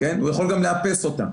הוא יכול גם לאפס אותן.